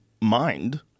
mind